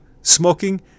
Smoking